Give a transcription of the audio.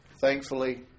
thankfully